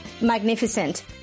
Magnificent